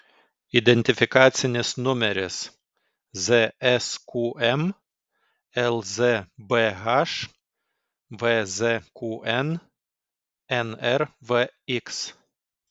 identifikacinis numeris zsqm lzbh vzqn nrvx